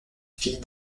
fille